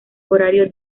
horario